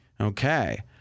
Okay